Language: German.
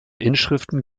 inschriften